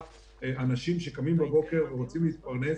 אנשים שקמים בבוקר ורוצים להתפרנס.